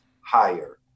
higher